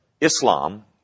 Islam